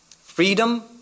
Freedom